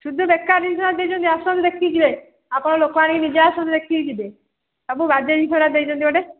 ସୁଦୁ ବେକାର ଜିନିଷ ଦେଇଛନ୍ତି ଆସନ୍ତୁ ଦେଖିକି ଯିବେ ଆପଣ ଲୋକ ଆଣିକି ନିଜେ ଆସନ୍ତୁ ଦେଖିକି ଯିବେ ସବୁ ବାଜେ ଜିନିଷଗୁଡ଼ା ଦେଇଛନ୍ତି ଗୋଟେ